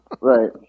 Right